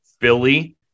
Philly